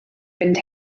fynd